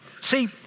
See